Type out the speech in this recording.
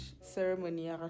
ceremony